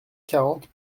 quarante